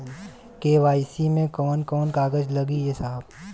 KYC मे कवन कवन कागज लगी ए साहब?